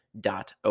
dot